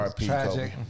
tragic